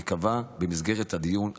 ייקבע במסגרת הדיון האמור.